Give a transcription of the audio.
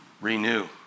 Renew